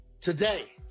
today